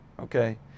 Okay